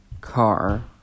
car